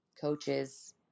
coaches